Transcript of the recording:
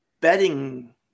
betting